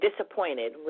disappointed